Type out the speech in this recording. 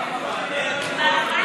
ההצעה